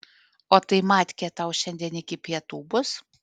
o tai matkė tau šiandien iki pietų bus